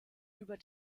über